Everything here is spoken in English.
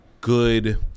good